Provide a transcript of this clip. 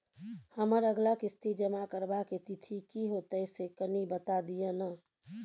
हमर अगला किस्ती जमा करबा के तिथि की होतै से कनी बता दिय न?